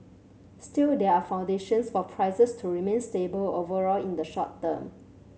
still there are foundations for prices to remain stable overall in the short term